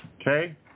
Okay